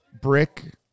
brick